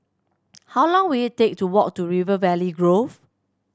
how long will it take to walk to River Valley Grove